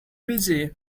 busy